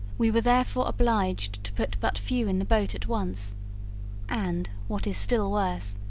we were therefore obliged to put but few in the boat at once and, what is still worse,